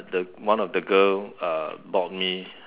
uh the one of the girl uh bought me